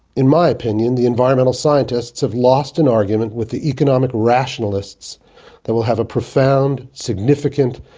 in my opinion the environmental scientists have lost an argument with the economic rationalists that will have profound, significant,